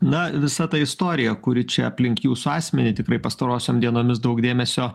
na visa ta istorija kuri čia aplink jūsų asmenį tikrai pastarosiom dienomis daug dėmesio